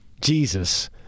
Jesus